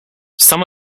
some